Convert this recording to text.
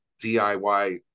DIY